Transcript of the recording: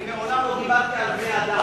אני מעולם לא דיברתי על בני-אדם.